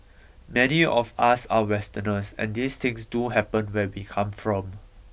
many of us are Westerners and these things do happen where we come from